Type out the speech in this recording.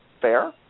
Fair